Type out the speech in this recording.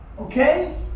Okay